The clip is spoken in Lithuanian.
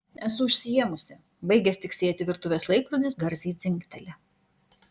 esu užsiėmusi baigęs tiksėti virtuvės laikrodis garsiai dzingteli